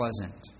pleasant